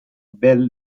bell